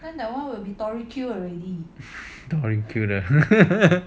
tori Q 的